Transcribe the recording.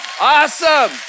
Awesome